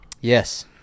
yes